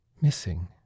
Missing